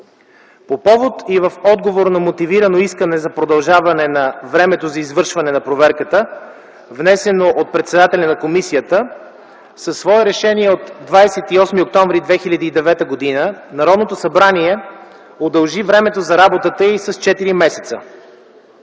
По повод и в отговор на мотивирано искане за продължаване на времето за извършване на проверката, внесено от председателя на комисията, със свое решение от 28 октомври 2009 г. Народното събрание удължи времето за работата й с 4 месеца.